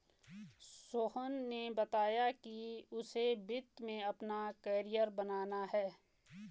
सोहन ने बताया कि उसे वित्त में अपना कैरियर बनाना है